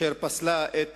אשר פסלה את